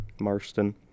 Marston